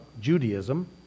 Judaism